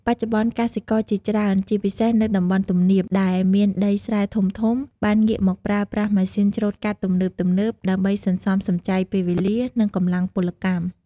បច្ចុប្បន្ន កសិករជាច្រើន ជាពិសេសនៅតំបន់ទំនាប ដែលមានដីស្រែធំៗ បានងាកមកប្រើប្រាស់ម៉ាស៊ីនច្រូតកាត់ទំនើបៗ ដើម្បីសន្សំសំចៃពេលវេលា និងកម្លាំងពលកម្ម។